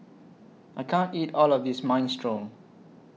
I can't eat All of This Minestrone